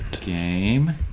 Game